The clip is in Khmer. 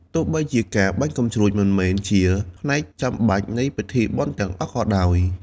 ទោះបីជាការបាញ់កាំជ្រួចមិនមែនជាផ្នែកចាំបាច់នៃពិធីបុណ្យទាំងអស់ក៏ដោយ ។